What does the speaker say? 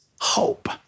hope